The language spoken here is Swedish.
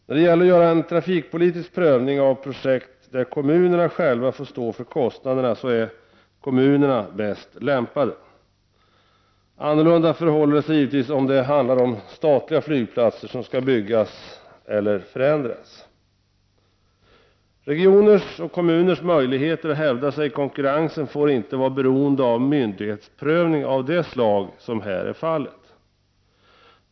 När det gäller att göra en trafikpolitisk prövning av projekt där kommunerna själva får stå för kostnaderna är kommunerna bäst lämpade. Annorlunda förhåller det sig givetvis om det handlar om statliga flygplatser som skall byggas eller förändras. Regioners och kommuners möjligheter att hävda sig i konkurrensen får inte vara beroende av myndighetsprövning av det slag som det här är fråga om.